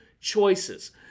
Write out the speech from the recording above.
choices